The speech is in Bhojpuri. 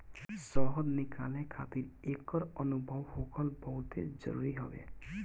शहद निकाले खातिर एकर अनुभव होखल बहुते जरुरी हवे